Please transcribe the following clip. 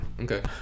Okay